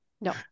No